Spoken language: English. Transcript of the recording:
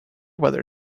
whether